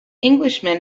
englishman